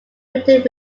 booted